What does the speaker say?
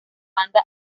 banda